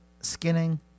skinning